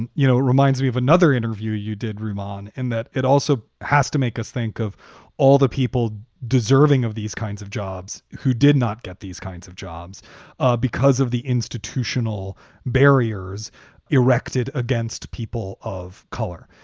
and you know, it reminds me of another interview you did, ruman, and that it also has to make us think of all the people deserving of these kinds of jobs who did not get these kinds of jobs ah because of the institutional barriers erected against people of color.